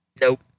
Nope